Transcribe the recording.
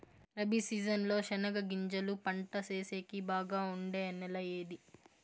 Rabi season లో చెనగగింజలు పంట సేసేకి బాగా ఉండే నెల ఏది?